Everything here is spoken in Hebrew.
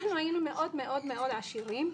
אנחנו היינו מאוד מאוד מאוד עשירים,